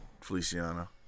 Feliciano